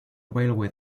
railway